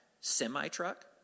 semi-truck